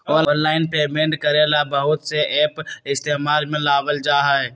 online payment करे ला बहुत से एप इस्तेमाल में लावल जा हई